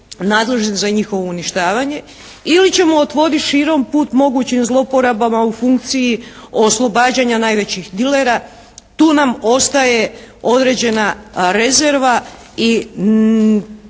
ili ćemo otvoriti širom put mogućim zlouporabama u funkciji oslobađanja najvećih dilera, tu nam ostaje određena rezerva i nismo